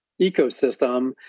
ecosystem